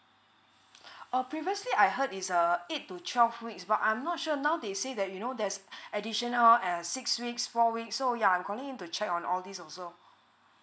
err previously I heard it's err eight to twelve weeks but I'm not sure now they say that you know there's additional err six weeks four weeks so yeah I'm calling in to check on all these also